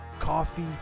Coffee